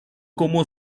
como